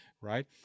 right